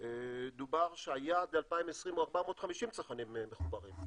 דובר שהיעד ל-2020 הוא 450 צרכנים מחוברים.